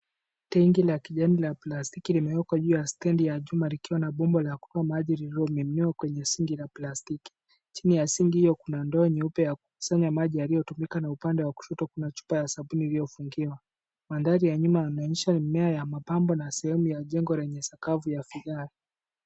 Tenki la kijani la plastiki limewekwa juu ya stendi ya chuma, likiwa na bomba la kutoa maji lililomiminiwa kwenye sink la plastiki. Chini ya sink hio kuna ndoo nyeupe ya kukusanya maji yaliyotumika, na upande wa kushoto kuna chupa ya sabuni iliyofungiwa. Mandhari ya nyuma yanaonyesha mimea ya mapambo na sehemu ya jengo yenye sakafu ya vigae.